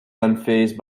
unfazed